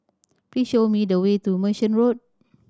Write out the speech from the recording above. please show me the way to Merchant Road